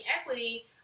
equity